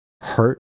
hurt